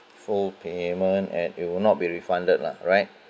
full payment and it will not be refunded lah alright